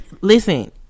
listen